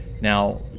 Now